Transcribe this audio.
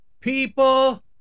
People